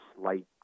slight